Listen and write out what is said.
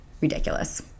ridiculous